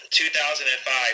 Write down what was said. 2005